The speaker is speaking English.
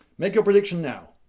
make your prediction now.